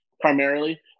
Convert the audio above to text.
primarily